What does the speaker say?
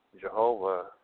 Jehovah